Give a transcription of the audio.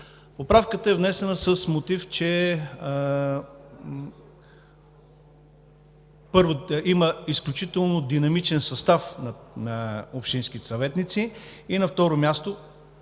Поправката е внесена с мотив, че, първо, има изключително динамичен състав на общинските съветници. На второ място,